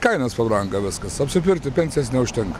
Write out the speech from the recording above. kainos pabrango viskas apsipirkti pensijos neužtenka